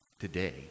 today